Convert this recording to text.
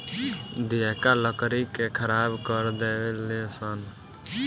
दियाका लकड़ी के खराब कर देवे ले सन